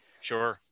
Sure